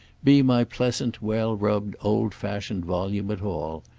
be my pleasant well-rubbed old-fashioned volume at all.